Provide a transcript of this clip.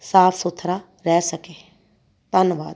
ਸਾਫ਼ ਸੁਥਰਾ ਰਹਿ ਸਕੇ ਧੰਨਵਾਦ